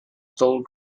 dull